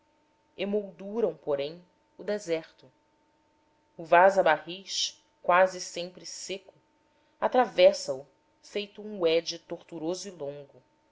emolduram porém o deserto o vaza barris quase sempre seco atravessa o feito um urde tortuoso e longo